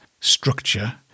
structure